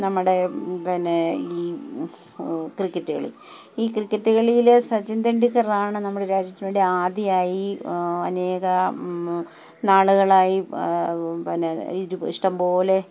നമ്മുടെ പിന്നെ ഈ ക്രിക്കറ്റ് കളി ഈ ക്രിക്കറ്റ് കളിയിലെ സച്ചിൻ തണ്ടിക്കറാണ് നമ്മുടെ രാജ്യത്തിന് വേണ്ടി ആദ്യമായി അനേകം നാളുകളായി പിന്നെ ഇഷ്ടം പോലെ